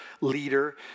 leader